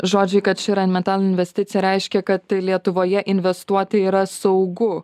žodžiai kad ši rain metal investicija reiškia kad lietuvoje investuoti yra saugu